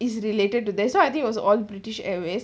is related to this so I think was all british airways